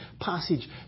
passage